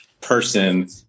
person